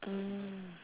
mm